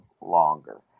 longer